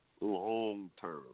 long-term